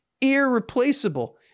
irreplaceable